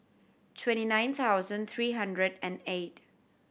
twenty nine thousand three hundred and eight